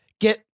get